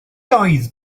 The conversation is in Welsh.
oedd